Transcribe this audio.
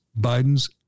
Biden's